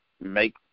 make